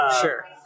Sure